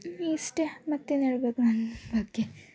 ಇಷ್ಟೇ ಮತ್ತೇನು ಹೇಳಬೇಕು ನನ್ನ ಬಗ್ಗೆ